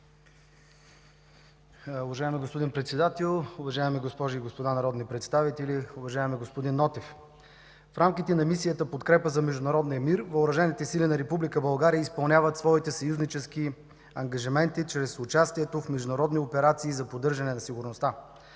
Уважаеми господин Председател, уважаеми госпожи и господа народни представители! Уважаеми господин Нотев, в рамките на Мисията „Подкрепа за международния мир” Въоръжените сили на Република България изпълняват своите съюзнически ангажименти чрез участието в международни операции за поддържане на сигурността.